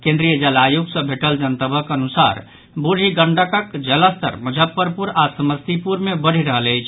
केन्द्रीय जल आयोग सॅ भेटल जनतबक अनुसार बूढ़ी गंडकक जलस्तर मुजफ्फरपुर आओर समस्तीपुर मे बढ़ि रहल अछि